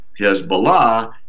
Hezbollah